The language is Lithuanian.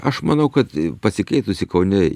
aš manau kad pasikeitusi kaune